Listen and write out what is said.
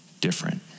different